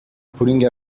pulling